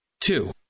Two